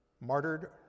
martyred